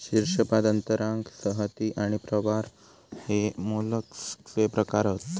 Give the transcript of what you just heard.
शीर्शपाद अंतरांग संहति आणि प्रावार हे मोलस्कचे प्रकार हत